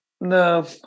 No